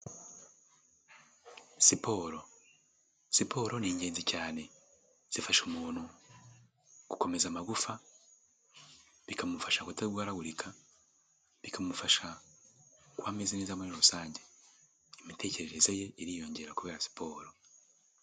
Siporo, siporo ni ingenzi cyane, zifasha umuntu gukomeza amagufwa, bikamufasha kutarwaragurika bikamufasha kuba ameze neza muri rusange, imitekerereze ye iriyongera kubera siporo.